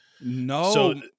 No